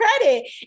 credit